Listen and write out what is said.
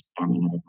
understanding